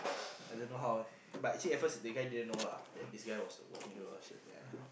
I don't know how but actually at first that guy didn't know lah that this guy was whacking her or shit like that